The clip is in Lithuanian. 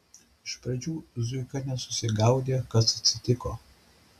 iš pradžių zuika nesusigaudė kas atsitiko